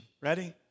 Ready